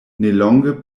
nelonge